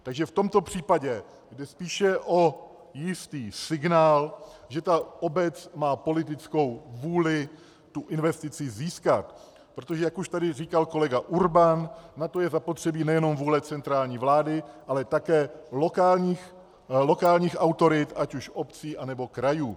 Takže v tomto případě jde spíše o jistý signál, že ta obec má politickou vůli investici získat, protože jak už tady říkal kolega Urban, na to je zapotřebí nejenom vůle centrální vlády, ale také lokálních autorit, ať už obcí, nebo krajů.